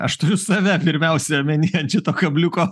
aš turiu save pirmiausia omeny ant šito kabliuko